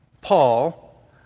Paul